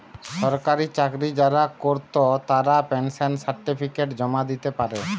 সরকারি চাকরি যারা কোরত তারা পেনশন সার্টিফিকেট জমা দিতে পারে